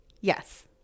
Yes